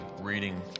reading